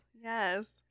Yes